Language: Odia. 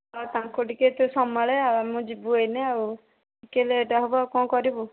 ହଁ ତାଙ୍କୁ ଟିକିଏ ତୁ ସମ୍ଭାଳେ ଆମେ ଆମେ ଯିବୁ ଏଇନେ ଆଉ ଟିକିଏ ଲେଟ୍ ହେବ ଆଉ କ'ଣ କରିବୁ